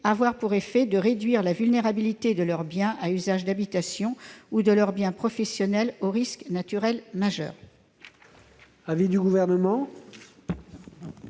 avoir pour effet de réduire la vulnérabilité de leurs biens à usage d'habitation ou de leurs biens professionnels aux risques naturels majeurs.